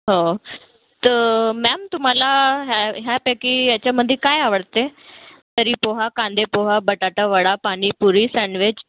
हो तर मॅम तुम्हाला ह्या ह्यापैकी याच्यामध्ये काय आवडते तर्री पोहा कांदे पोहा बटाटावडा पाणीपुरी सँडविच